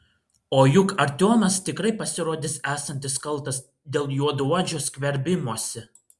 o juk artiomas tikrai pasirodys esantis kaltas dėl juodaodžių skverbimosi